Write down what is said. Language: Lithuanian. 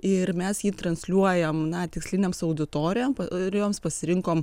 ir mes jį transliuojam na tikslinėms auditorijom ir joms pasirinkom